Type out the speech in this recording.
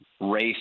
race